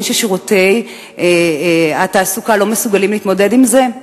ששירותי התעסוקה לא מסוגלים להתמודד עם זה?